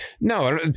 No